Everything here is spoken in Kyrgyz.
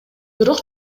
бирок